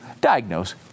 diagnose